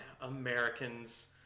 Americans